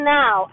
now